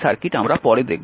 প্রথমে ডিসি তারপর এসি